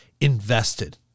invested